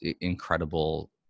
incredible